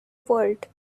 world